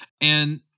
And-